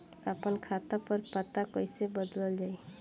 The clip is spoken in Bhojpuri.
आपन खाता पर पता कईसे बदलल जाई?